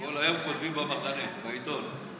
כל היום כותבים במחנה, בעיתון.